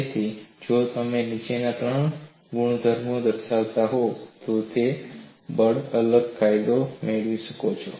તેથી જો તમે નીચેની ત્રણ ગુણધર્મો દર્શાવતા હો તો તમે બળ અલગ કાયદો મેળવી શકો છો